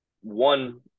one